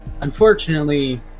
unfortunately